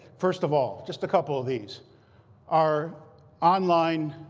first of all, just a couple of these our online